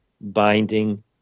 Binding